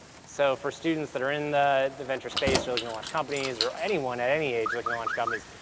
so for students that are in the venture space or looking to launch companies or anyone at any age looking to launch companies,